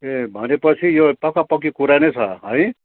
ए भने पछि यो पक्का पक्की कुरा नै छ है